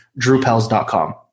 DrewPels.com